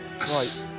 Right